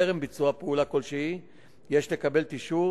וטרם ביצוע פעולה כלשהי לקבל את אישור